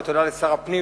ותודה לשר הפנים,